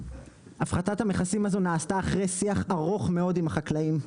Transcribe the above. הפחתת המכסים הזו נעשתה אחרי שיח ארוך מאוד עם החקלאים,